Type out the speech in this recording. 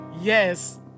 Yes